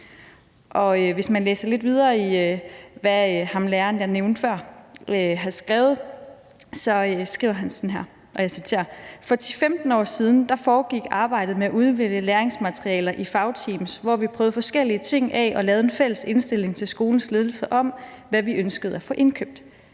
hvis man læser lidt videre i, hvad ham læreren, jeg nævnte før, har skrevet, skriver han sådan her, og jeg citerer: »For 10-15 år siden foregik arbejdet med at udvælge læringsmateriale i fagteams, hvor vi prøvede forskellige ting af og lavede en fælles indstilling til skolens ledelse om, hvad vi ønskede at få indkøbt.